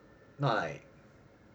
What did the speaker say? not like